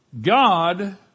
God